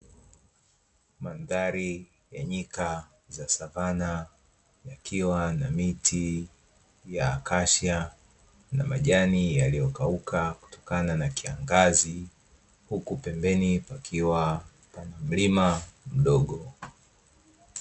Mandhari ya nyika za savana yakiwa na miti ya kashia na majani yaliyokauka kutokana na kiangazi, huku pembeni kukiwa na milima midogo.